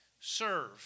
Serve